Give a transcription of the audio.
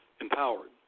empowered